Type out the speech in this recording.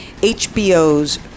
HBO's